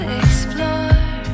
explore